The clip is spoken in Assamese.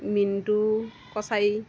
মিণ্টু কচাৰী